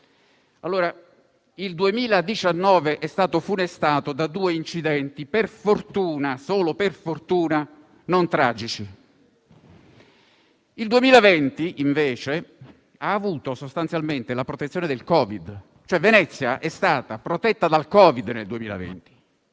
Allora il 2019 è stato funestato da due incidenti per fortuna - solo per fortuna - non tragici. Il 2020, invece, ha avuto sostanzialmente la protezione del Covid, cioè Venezia nel 2020 è stata protetta dal Covid, non da